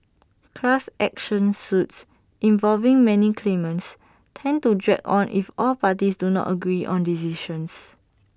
class action suits involving many claimants tend to drag on if all parties do not agree on decisions